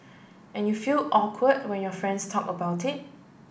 and you feel awkward when your friends talk about it